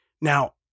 Now